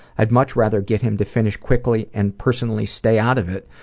i'd much rather get him to finish quickly and personally stay out of it,